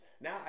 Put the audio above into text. now